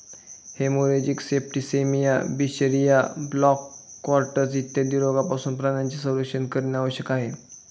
haemorrhagic septicaemia, बिशरिया, black quarters इत्यादी रोगांपासून प्राण्यांचे संरक्षण करणे आवश्यक आहे